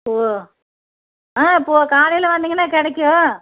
ஓ ஆ பூ காலையில வந்திங்கன்னா கிடைக்கும்